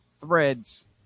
Threads